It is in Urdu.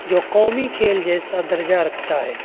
جو قومی کھیل جیسا درجہ رکھتا ہے